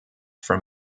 from